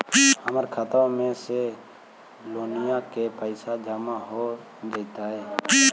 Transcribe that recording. हमर खातबा में से लोनिया के पैसा जामा हो जैतय?